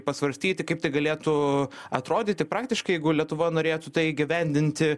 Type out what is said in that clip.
pasvarstyti kaip tai galėtų atrodyti praktiškai jeigu lietuva norėtų tai įgyvendinti